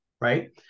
Right